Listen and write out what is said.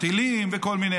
טילים וכל מיני.